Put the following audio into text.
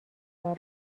کار